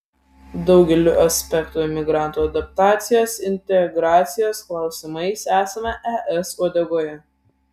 daugeliu aspektų imigrantų adaptacijos integracijos klausimais esame es uodegoje